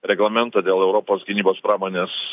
reglamentą dėl europos gynybos pramonės